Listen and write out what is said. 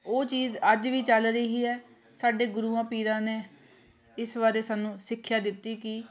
ਉਹ ਚੀਜ਼ ਅੱਜ ਵੀ ਚੱਲ ਰਹੀ ਹੈ ਸਾਡੇ ਗੁਰੂਆਂ ਪੀਰਾਂ ਨੇ ਇਸ ਬਾਰੇ ਸਾਨੂੰ ਸਿੱਖਿਆ ਦਿੱਤੀ ਕਿ